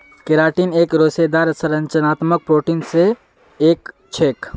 keratin एक रेशेदार संरचनात्मक प्रोटीन मे स एक छेक